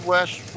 West